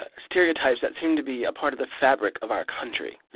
ah stereotypes that seem to be a part of the fabric of our country.